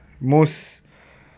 new zea~